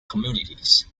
communities